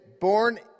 born